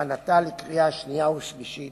להכנתה לקריאה שנייה ולקריאה שלישית.